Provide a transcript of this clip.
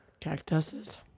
Cactuses